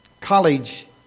college